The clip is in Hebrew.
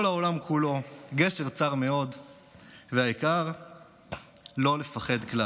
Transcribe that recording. "כל העולם כולו גשר צר מאוד והעיקר לא לפחד כלל".